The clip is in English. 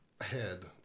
head